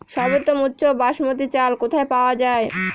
সর্বোওম উচ্চ বাসমতী চাল কোথায় পওয়া যাবে?